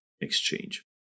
exchange